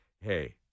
Hey